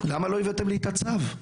למה לא הבאתם לי את הצו?